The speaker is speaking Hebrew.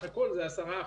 זה 10%,